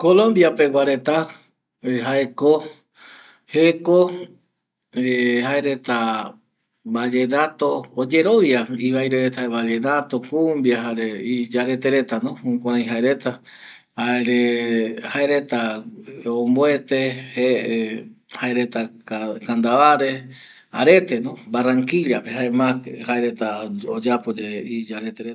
Colombia pegua reta jaeko jeko jaereta ballenato jaereta oyerovia ivaire reta ballenato, kumbia iyarete retano jukurai jaereta jare jaereta omboete kandavare areteno barrankillape jae ma jaereta oyapo yave iya rete reta